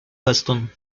gastón